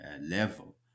level